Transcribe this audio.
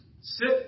sit